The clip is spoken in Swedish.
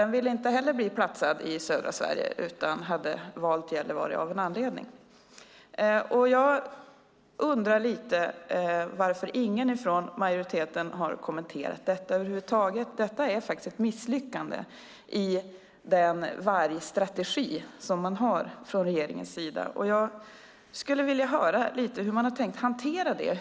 Den ville inte heller bli platsad i södra Sverige utan hade valt Gällivare av en anledning. Jag undrar varför ingen från majoriteten har kommenterat detta misslyckande i regeringens vargstrategi. Hur har man tänkt hantera det?